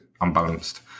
unbalanced